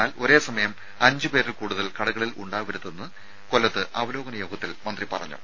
എന്നാൽ ഒരേ സമയം അഞ്ച് പേരിൽ കൂടുതൽ കടകളിൽ ഉണ്ടാവരുതെന്ന് അവലോകന യോഗത്തിൽ മന്ത്രി പറഞ്ഞു